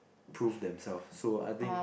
prove themselves so I think